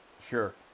Sure